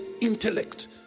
intellect